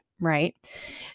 right